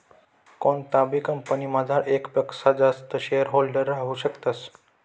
कोणताबी कंपनीमझार येकपक्सा जास्त शेअरहोल्डर राहू शकतस